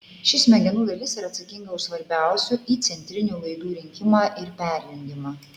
ši smegenų dalis yra atsakinga už svarbiausių įcentrinių laidų rinkimą ir perjungimą